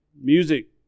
Music